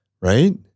right